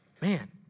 Man